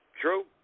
True